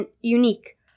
unique